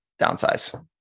downsize